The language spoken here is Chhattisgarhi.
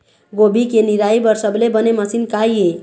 गोभी के निराई बर सबले बने मशीन का ये?